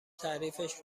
تعریفش